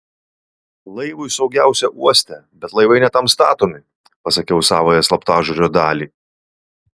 laivui saugiausia uoste bet laivai ne tam statomi pasakiau savąją slaptažodžio dalį